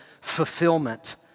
fulfillment